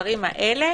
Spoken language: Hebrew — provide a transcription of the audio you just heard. למספרים האלה